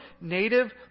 native